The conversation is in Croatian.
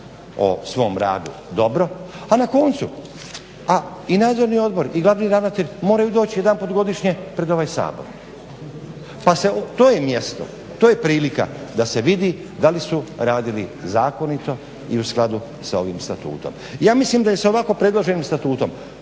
o svom radu dobro, a na koncu i Nadzorni odbor i glavni ravnatelj moraju doći jedanput godišnje pred ovaj Sabor, pa se, to je mjesto, to je prilika da se vidi da li su radili zakonito i u skladu sa ovim Statutom. Ja mislim da je sa ovako predloženim Statutom